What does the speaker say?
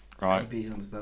Right